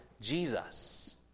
Jesus